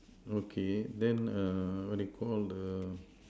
okay then err what do you Call the